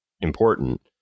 important